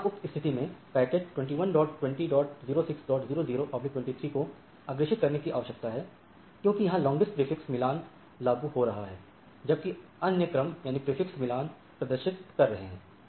अतः यहां उक्त स्थिति में पैकेट 21200600 23 को अग्रेषित करने की आवश्यकता है क्योंकि यहां लांगेस्ट प्रीफिक्स मिलान लागू हो रहा है जबकि अन्य कम prefix मिलान प्रदर्शित कर रहे हैं